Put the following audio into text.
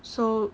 so